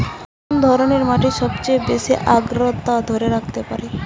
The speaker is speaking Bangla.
কোন ধরনের মাটি সবচেয়ে বেশি আর্দ্রতা ধরে রাখতে পারে?